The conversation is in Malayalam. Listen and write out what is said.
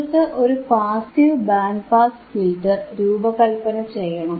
നിങ്ങൾക്ക് ഒരു പാസീവ് ബാൻഡ് പാസ് ഫിൽറ്റർ രൂപകല്പന ചെയ്യണം